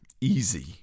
easy